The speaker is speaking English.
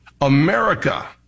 America